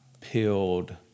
peeled